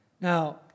Now